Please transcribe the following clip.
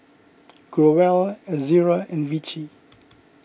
Growell Ezerra and Vichy